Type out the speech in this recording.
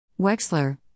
Wexler